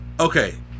okay